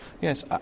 Yes